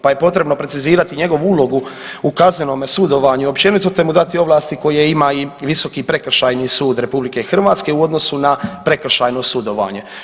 Pa je potrebno precizirati njegovu ulogu u kaznenome sudovanju općenito te mu dati ovlasti koje ima i Visoki prekršajni sud RH u odnosu na prekršajno sudovanje.